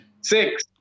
Six